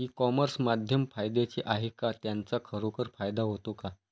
E commerce माध्यम फायद्याचे आहे का? त्याचा खरोखर फायदा होतो का?